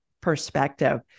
perspective